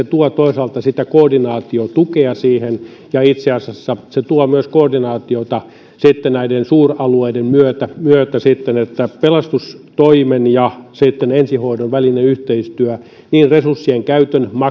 tuo toisaalta sitä koordinaatiotukea siihen ja itse asiassa se tuo myös koordinaatiota sitten näiden suuralueiden myötä myötä niin että pelastustoimen ja ensihoidon välinen yhteistyö niin resurssien käytön